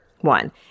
one